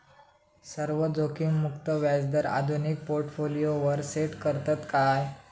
सर्व जोखीममुक्त व्याजदर आधुनिक पोर्टफोलियोवर सेट करतत काय?